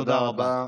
תודה רבה.